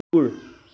কুকুৰ